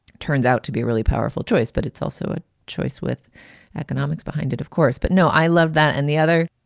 turns out to be really powerful choice. but it's also a choice with economics behind it, of course. but no, i loved that. and the other.